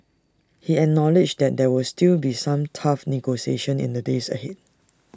he acknowledged there would still be some tough negotiations in the days ahead